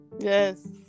Yes